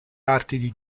arti